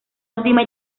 última